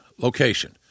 location